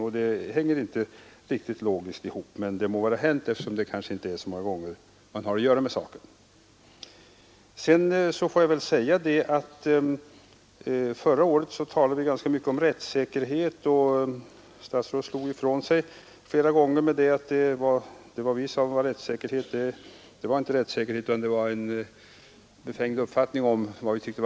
Logiskt sett hänger detta resonemang inte riktigt ihop, men det må vara hänt; det kanske inte är så många gånger man har att göra med den saken Vi talade förra året ganska mycket om rättssäkerhet, men statsrådet slog ifrån sig flera gånger och sade att vad vi kallade rätts äkerhet inte var det han ansåg att vi hade en befängd uppfattning om vad som var rätt.